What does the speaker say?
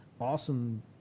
awesome